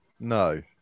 No